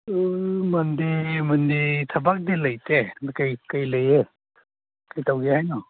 ꯃꯟꯗꯦ ꯃꯟꯗꯦ ꯊꯕꯛꯇꯤ ꯂꯩꯇꯦ ꯑꯗꯨ ꯀꯩ ꯀꯩ ꯂꯩꯌꯦ ꯀꯩ ꯇꯧꯁꯦ ꯍꯏꯅꯣ